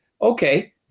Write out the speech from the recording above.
okay